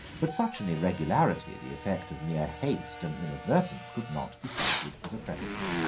but such an irregularity, the effect of mere haste and inadvertence, could not be cited as a precedent.